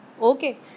Okay